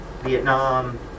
Vietnam